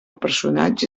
personatge